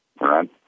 Right